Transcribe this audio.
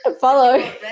Follow